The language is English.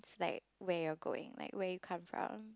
like where you are going like where you come from